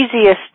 easiest